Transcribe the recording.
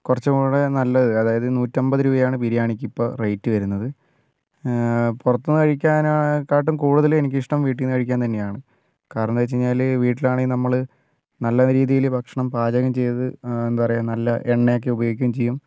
കുറച്ചു കൂടി നല്ലത് അതായത് നൂറ്റമ്പത് രൂപയാണ് ബിരിയാണിയ്ക്ക് ഇപ്പോൾ റേറ്റ് വരുന്നത് പുറത്തു നിന്നു കഴിക്കുന്നതിനെക്കാട്ടും കൂടുതൽ എനിക്കിഷ്ടം വീട്ടിൽ നിന്ന് കഴിക്കാൻ തന്നെയാണ് കാരണം എന്നു വച്ചു കഴിഞ്ഞാൽ വീട്ടിൽ ആണെങ്കിൽ നമ്മൾ നല്ല രീതിയിൽ ഭക്ഷണം പാചകം ചെയ്ത് എന്താ പറയുക നല്ല എണ്ണയൊക്കെ ഉപയോഗിക്കുകയും ചെയ്യും